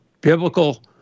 biblical